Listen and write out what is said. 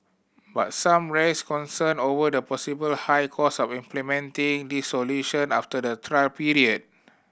but some raised concern over the possible high costs of implementing these solution after the trial period